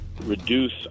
reduce